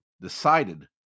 decided